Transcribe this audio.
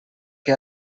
que